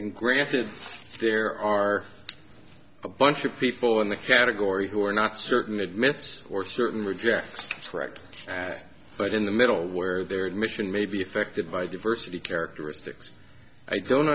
and granted there are a bunch of people in the category who are not certain admits or certain redress correct path but in the middle where their mission may be affected by diversity characteristics i don't